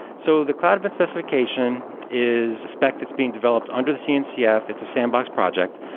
so the cloud event specification is a spec that's being developed under the cncf. it's a sandbox project.